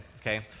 okay